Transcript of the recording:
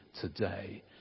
today